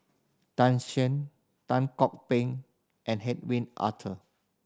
Tan Shen Tan Kok Peng and Hedwig